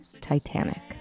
Titanic